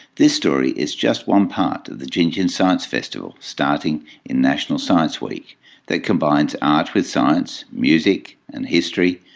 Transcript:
this story is just one part of the gingin science festival starting in national science week that combines art with science, music and history,